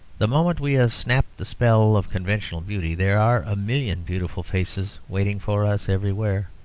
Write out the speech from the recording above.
the moment we have snapped the spell of conventional beauty, there are a million beautiful faces waiting for us everywhere,